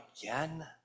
again